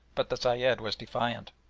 but the sayed was defiant.